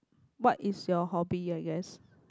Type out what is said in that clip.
what is your hobby I guess